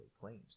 claims